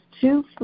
two